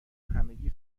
همگی